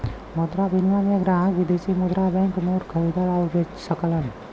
मुद्रा विनिमय में ग्राहक विदेशी मुद्रा बैंक नोट खरीद आउर बे सकलन